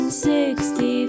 Sixty